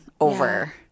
over